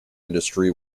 industry